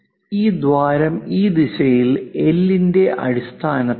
ഈ ദ്വാരം ഈ ദിശയിൽ എൽ ന്റെ സ്ഥാനത്താണ്